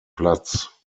platz